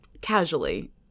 casually